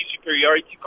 superiority